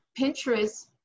Pinterest